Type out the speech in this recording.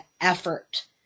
effort